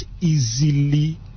easily